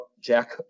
Jack